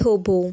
થોભો